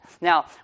Now